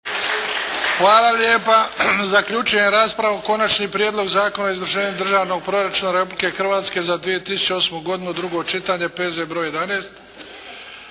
**Bebić, Luka (HDZ)** Konačni prijedlog Zakona o izvršenju državnog proračuna Republike Hrvatske za 2008. godinu, drugo čitanje, P.Z. br. 11.